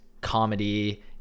comedy